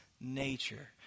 nature